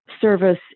service